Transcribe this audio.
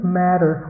matter